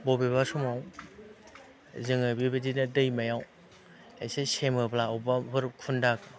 बबेबा समाव जोंङो बेबायदिनो दैमायाव एसे सेमोब्ला अबावबाफोर खुन्दा